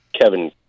Kevin